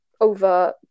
over